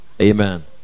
amen